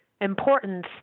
importance